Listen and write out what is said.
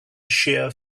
shear